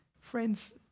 Friends